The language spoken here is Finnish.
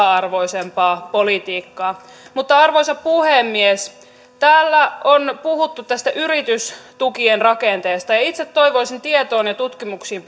arvoisempaa politiikkaa mutta arvoisa puhemies täällä on puhuttu tästä yritystukien rakenteesta itse toivoisin tietoon ja tutkimuksiin